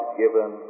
given